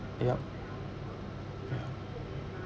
yup ya